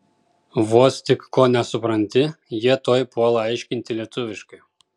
vos tik ko nesupranti jie tuoj puola aiškinti lietuviškai